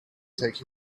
take